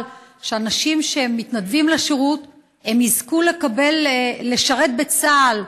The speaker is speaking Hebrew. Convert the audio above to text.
שאנשים שמתנדבים לשירות יזכו לשרת בצה"ל,